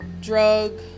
drug